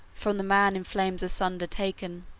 from the man in flames asunder taken,